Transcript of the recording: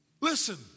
Listen